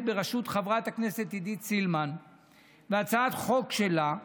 בראשות חברת הכנסת עידית סילמן והצעת חוק שלה,